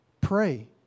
Pray